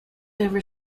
ever